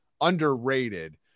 underrated